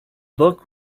book